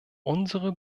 unsere